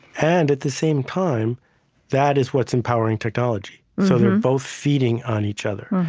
and at the same time that is what's empowering technology. so they're both feeding on each other.